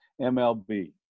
MLB